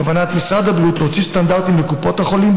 בכוונת משרד הבריאות להוציא סטנדרטים לקופות החולים